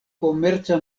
komerca